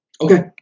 Okay